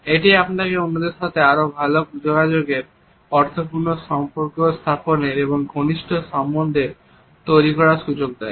এটি আপনাকে অন্যদের সাথে আরও ভালো যোগাযোগের অর্থপূর্ণ সম্পর্ক স্থাপনের ও ঘনিষ্ঠ সম্বন্ধে তৈরীর সুযোগ করে দেয়